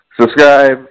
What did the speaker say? Subscribe